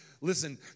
Listen